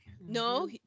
No